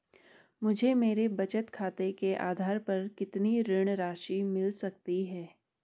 मुझे मेरे बचत खाते के आधार पर कितनी ऋण राशि मिल सकती है?